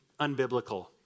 unbiblical